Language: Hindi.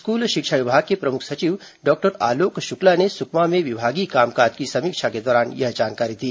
स्कूल शिक्षा विभाग के प्रमुख सचिव डॉक्टर आलोक शुक्ला ने सुकमा में विभागीय काम काज की समीक्षा के दौरान यह जानकारी दी